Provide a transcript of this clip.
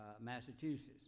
Massachusetts